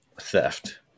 theft